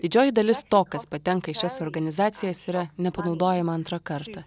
didžioji dalis to kas patenka į šias organizacijas yra nepanaudojama antrą kartą